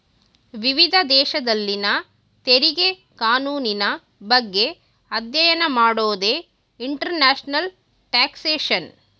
ವಿವಿಧ ದೇಶದಲ್ಲಿನ ತೆರಿಗೆ ಕಾನೂನಿನ ಬಗ್ಗೆ ಅಧ್ಯಯನ ಮಾಡೋದೇ ಇಂಟರ್ನ್ಯಾಷನಲ್ ಟ್ಯಾಕ್ಸ್ಯೇಷನ್